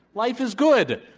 life is good.